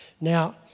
Now